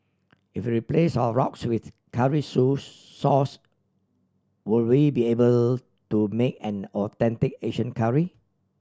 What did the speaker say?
if we replace our roux with curry so sauce will we be able to make an authentic Asian curry